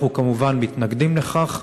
אנחנו כמובן מתנגדים לכך.